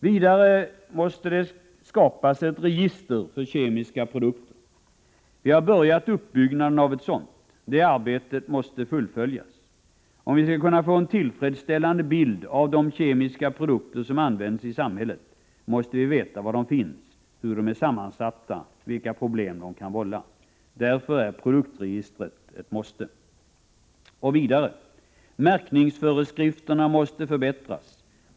Vidare måste vi skapa ett register för kemiska produkter. Vi har börjat uppbyggnaden av ett sådant. Det måste fullföljas. Om vi skall kunna få en tillfredsställande bild av de kemiska produkter som används i samhället, måste vi veta var de finns, hur de är sammansatta och vilka problem de kan vålla. Därför är produktregistret ett måste. Vidare: Märkningsföreskrifterna måste förbättras.